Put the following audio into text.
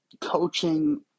coaching